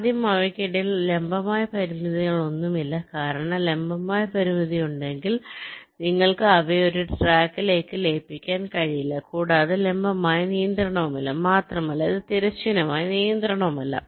ആദ്യം അവയ്ക്കിടയിൽ ലംബമായ പരിമിതികളൊന്നുമില്ല കാരണം ലംബമായ പരിമിതി ഉണ്ടെങ്കിൽ നിങ്ങൾക്ക് അവയെ ഒരേ ട്രാക്കിലേക്ക് ലയിപ്പിക്കാൻ കഴിയില്ല കൂടാതെ ലംബമായ നിയന്ത്രണവുമില്ല മാത്രമല്ല ഇത് തിരശ്ചീനമായ നിയന്ത്രണവുമല്ല